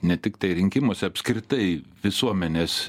ne tiktai rinkimuose apskritai visuomenės